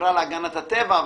החברה להגנת הטבע,